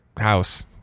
house